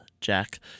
Jack